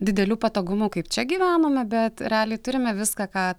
didelių patogumų kaip čia gyvenome bet realiai turime viską ką